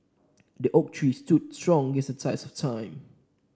the oak tree stood strong against the test of time